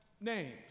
names